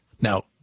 Now